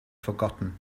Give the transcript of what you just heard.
forgotten